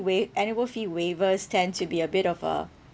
waive annual fee waivers tend to be a bit of a